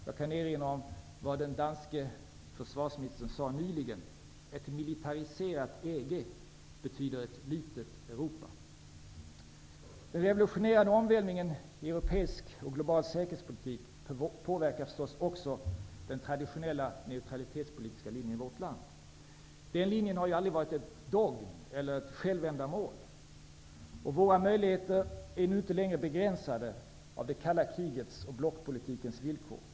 Jag kan erinra om vad den danske försvarsministern nyligen sade: Ett militariserat EG betyder ett litet Europa. Den revolutionerande omvälvningen i europeisk och global säkerhetspolitik påverkar förstås också vårt lands traditionella neutralitetspolitiska linje. Den linjen har aldrig varit en dogm eller ett självändamål. Våra möjligheter är nu inte längre begränsade av det kalla krigets och blockpolitikens villkor.